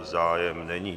Zájem není.